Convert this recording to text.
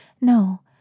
No